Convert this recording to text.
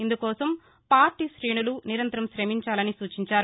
ఇందుకోసం పార్టీ కేణులు నిరంతరం కమించాలని సూచించారు